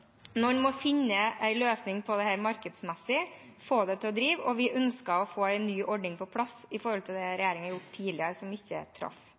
Noen må finne en løsning på dette, markedsmessig, få det til å drive, og vi ønsker å få en ny ordning på plass i forhold til det regjeringen har gjort tidligere, som ikke traff.